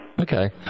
Okay